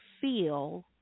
feel